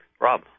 Rob